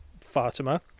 fatima